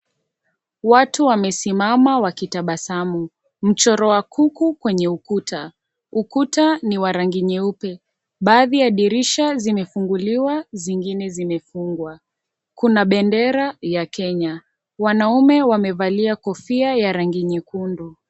Watu wamesimama wakitabasamu, mchoro wa kuku kwenye ukuta, ukuta ni wa rangi nyeupe baadhi ya dirisha zimefunguliwa zingine zimefungwa, kuna bendera ya Kenya. Wanaume wamevalia kofia ya rangi nyekundu.